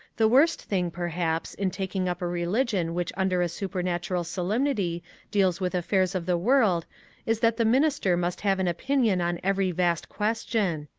the worst thing, perhaps, in taking up a religion which under a supernatural solemnity deals with afifairs of the world is that the minister must have an opinion on every vast ques tion.